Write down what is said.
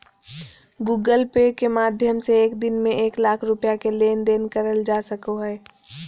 Google Pay के माध्यम से एक दिन में एक लाख रुपया के लेन देन करल जा सको हय